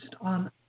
on